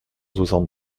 soixante